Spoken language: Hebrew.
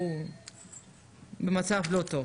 הוא במצב לא טוב.